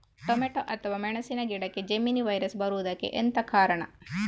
Tomato ಅಥವಾ ಮೆಣಸಿನ ಗಿಡಕ್ಕೆ ಜೆಮಿನಿ ವೈರಸ್ ಬರುವುದಕ್ಕೆ ಎಂತ ಕಾರಣ?